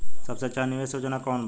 सबसे अच्छा निवेस योजना कोवन बा?